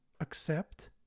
accept